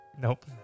nope